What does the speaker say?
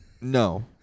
No